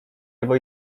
albo